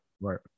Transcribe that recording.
Right